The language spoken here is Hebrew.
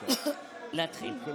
אף אחד